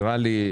לא גדול,